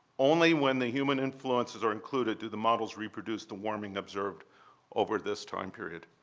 only when the human influences are included do the models reproduce the warming observed over this time period.